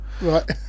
Right